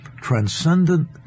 transcendent